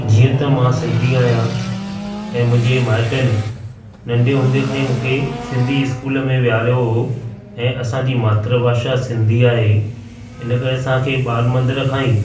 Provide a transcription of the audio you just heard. जीअं त मां सिंधी आहियां ऐं मुंहिंजे माइटनि नंढे हूंदे खां ई मूंखे सिंधी इस्कूल में विहारियो हुओ ऐं असांजी मातृभाषा सिंधी आहे हिन करे असांखे बाल मंदर खां ई